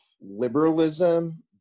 liberalism